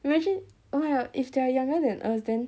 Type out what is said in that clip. imagine oh my god if they are younger than us then